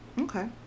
Okay